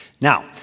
Now